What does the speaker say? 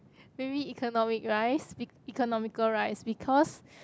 maybe economic rice economical rice because